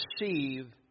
receive